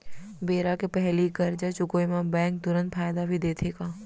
बेरा के पहिली करजा चुकोय म बैंक तुरंत फायदा भी देथे का?